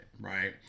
right